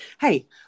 hey